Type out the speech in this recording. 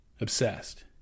obsessed